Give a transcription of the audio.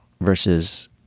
versus